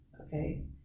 okay